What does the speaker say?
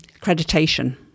accreditation